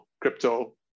crypto